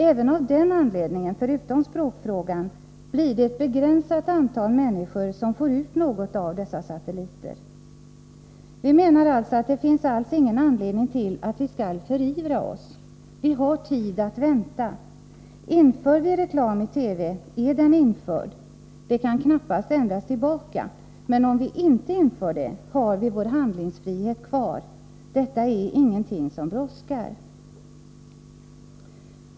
Även av den anledningen — förutom språkfrågan — blir det ett begränsat antal människor som får ut något av dessa satelliter. Vi menar alltså att det alls inte finns någon anledning till att förivra oss. Vi har tid att vänta. Inför vi reklam i TV, är den införd — det kan knappast ske en ändring tillbaka. Men om vi inte inför reklam har vi vår handlingsfrihet kvar. Det är ingenting som brådskar.